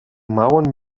mauern